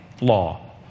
law